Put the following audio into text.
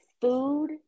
food